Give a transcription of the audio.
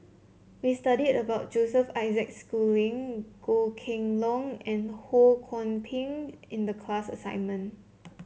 we studied about Joseph Isaac Schooling Goh Kheng Long and Ho Kwon Ping in the class assignment